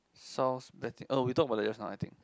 south betting oh we talk about that just now I think